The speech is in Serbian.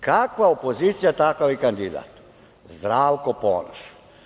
Kakva opozicija takav i kandidat – Zdravko Ponoš.